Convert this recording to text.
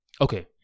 Okay